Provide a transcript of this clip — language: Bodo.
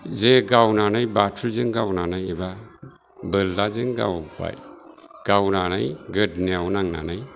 जे गावनानै बाथुलजों गावनानै एबा बोरलाजों गावबाय गावनानै गोदनायाव नांनानै